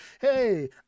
hey